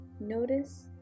notice